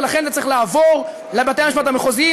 ולכן זה צריך לעבור לבתי-המשפט המחוזיים.